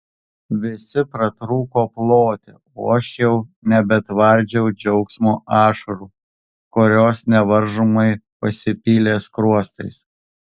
visi pratrūko ploti o aš jau nebetvardžiau džiaugsmo ašarų kurios nevaržomai pasipylė skruostais